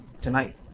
tonight